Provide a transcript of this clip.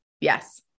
Yes